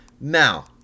Now